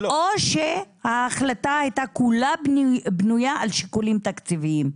או שההחלטה הייתה בנויה כולה על שיקולים תקציביים?